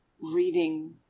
reading